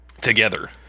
together